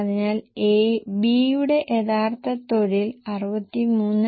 അതിനാൽ B യുടെ യഥാർത്ഥ തൊഴിൽ 63